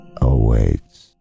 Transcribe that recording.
Awaits